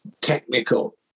technical